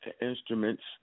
instruments